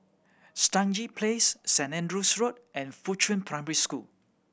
Stangee Place St Andrew's Road and Fuchun Primary School